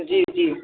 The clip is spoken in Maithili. जी जी